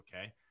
okay